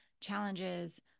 challenges